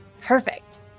Perfect